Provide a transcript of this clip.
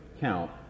count